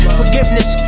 forgiveness